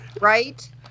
Right